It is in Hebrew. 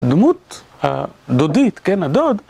דמות הדודית, כן, הדוד.